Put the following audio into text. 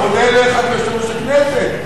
אני פונה אליך כיושב-ראש הכנסת,